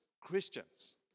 Christians